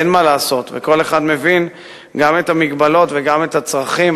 אין מה לעשות וכל אחד מבין גם את המגבלות וגם את הצרכים.